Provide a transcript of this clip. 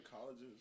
colleges